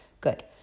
Good